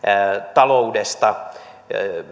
taloudesta